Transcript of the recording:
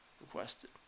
requested